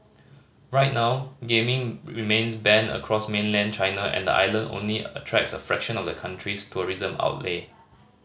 right now gaming remains banned across mainland China and the island only attracts a fraction of the country's tourism outlay